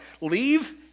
Leave